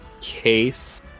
case